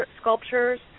sculptures